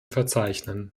verzeichnen